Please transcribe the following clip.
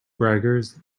braggers